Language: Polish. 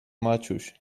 maciuś